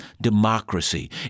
democracy